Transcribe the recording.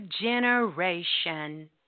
generation